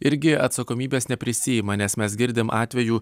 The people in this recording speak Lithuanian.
irgi atsakomybės neprisiima nes mes girdim atvejų